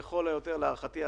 להערכתי,